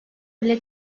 bile